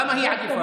למה היא עדיפה?